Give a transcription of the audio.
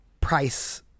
price